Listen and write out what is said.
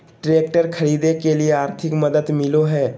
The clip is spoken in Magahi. ट्रैक्टर खरीदे के लिए आर्थिक मदद मिलो है?